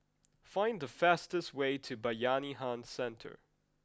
find the fastest way to Bayanihan Centre